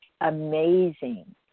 amazing